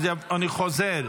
אני חוזר,